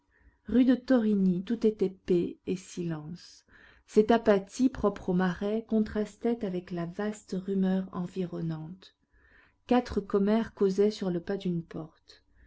rue de thorigny tout était paix et silence cette apathie propre au marais contrastait avec la vaste rumeur environnante quatre commères causaient sur le pas d'une porte